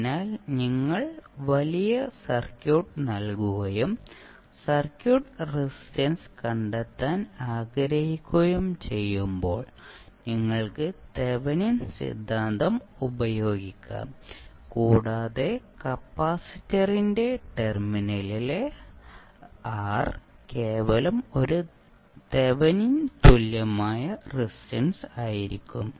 അതിനാൽ നിങ്ങൾ വലിയ സർക്യൂട്ട് നൽകുകയും സർക്യൂട്ട് റെസിസ്റ്റൻസ് കണ്ടെത്താൻ ആഗ്രഹിക്കുകയും ചെയ്യുമ്പോൾ നിങ്ങൾക്ക് തെവെനിൻ സിദ്ധാന്തം ഉപയോഗിക്കാം കൂടാതെ കപ്പാസിറ്ററിന്റെ ടെർമിനലിൽ R കേവലം ഒരു തെവെനിൻ തുല്യമായ റെസിസ്റ്റൻസ് ആയിരിക്കും